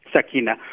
Sakina